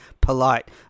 polite